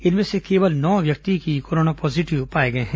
इनमें से केवल नौ व्यक्ति की कोरोना पॉजीविट पाए गए हैं